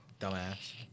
dumbass